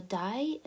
die